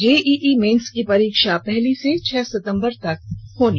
JEE Main की परीक्षा पहली से छह सितम्बर तक होगी